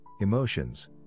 emotions